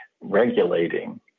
regulating